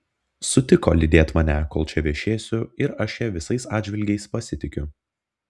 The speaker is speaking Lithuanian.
sutiko lydėt mane kol čia viešėsiu ir aš ja visais atžvilgiais pasitikiu